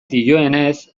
dioenez